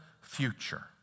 future